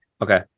Okay